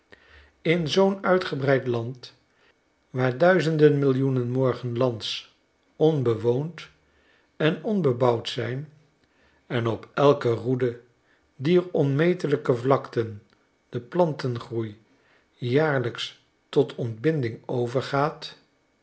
in zoo'n uitgebreid land waar duizenden millioenen morgen lands onbewoond en onbebouwd zijn en op elke roede dier onmetelijke vlakten de plantengroei jaarlijks tot ontbinding overgaat